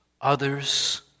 others